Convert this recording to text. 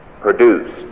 produced